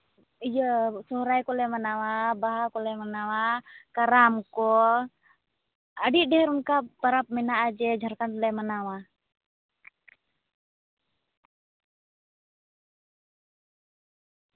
ᱤᱭᱟᱹ ᱥᱚᱨᱦᱟᱭ ᱠᱚᱞᱮ ᱢᱟᱱᱟᱣᱟ ᱵᱟᱦᱟ ᱠᱚᱞᱮ ᱢᱟᱱᱟᱣᱟ ᱠᱟᱨᱟᱢ ᱠᱚ ᱟᱹᱰᱤ ᱰᱷᱮᱨ ᱚᱝᱠᱟ ᱯᱟᱨᱟᱵᱽ ᱢᱮᱱᱟᱜᱼᱟ ᱡᱮ ᱡᱷᱟᱲᱠᱷᱚᱸᱰ ᱨᱮᱞᱮ ᱢᱟᱱᱟᱣᱟ